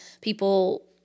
people